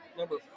number